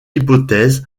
hypothèse